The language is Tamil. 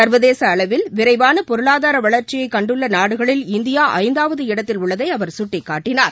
சர்வதேச அளவில் விரைவான பொருளாதார வளர்ச்சியை கண்டுள்ள நாடுகளில் இந்தியா ஐந்தாவது இடத்தில் உள்ளதை அவர் சுட்டிக்காட்டினார்